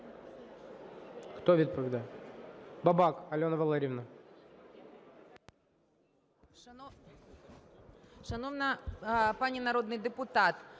Хто відповідає? Бабак Альона Валеріївна.